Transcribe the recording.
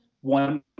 one